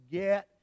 get